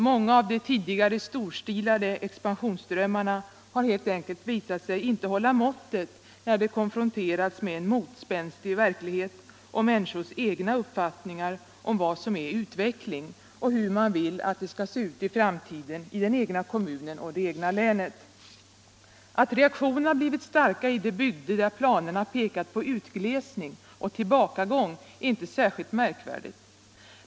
Många av de tidigare storstilade expansionsdrömmarna har helt enkelt visat sig inte hålla måttet när de konfronterats med en motspänstig verklighet och människors egna uppfattningar om vad som är utveckling och hur det skall se ut i framtiden i der egna kommunen och det egna länet. Att reaktionerna blivit starka i de bygder där planerna pekat på utglesning och tillbakagång är inte särskilt märkvärdigt.